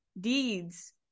deeds